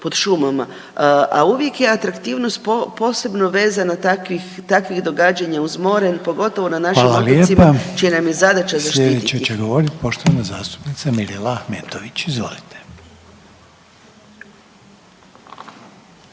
a uvijek je atraktivnost posebno vezana takvih događanja uz more, pogotovo na našim otocima, čija nam je zadaća zaštititi.